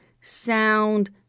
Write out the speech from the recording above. sound